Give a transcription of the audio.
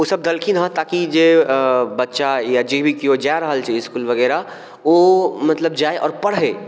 ओ सब देलखिनहँ ताकि जे बच्चा या जे भी केओ जा रहल छै इसकुल वगैरह ओ मतलब जाइ आओर पढ़ै